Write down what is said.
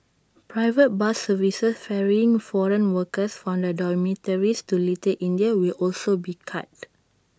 private bus services ferrying foreign workers from their dormitories to little India will also be cut